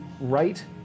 right